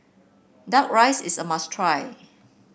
duck rice is a must try